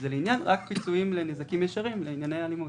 וזה פיצויים רק לנזקים ישירים לפעולות אלימות.